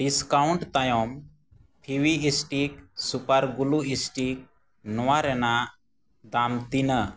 discount ᱛᱟᱭᱚᱢ Fevistick super glue stick ᱱᱚᱣᱟ ᱨᱮᱱᱟᱜ ᱫᱟᱢ ᱛᱤᱱᱟᱹᱜ